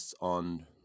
on